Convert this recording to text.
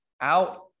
out